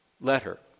letter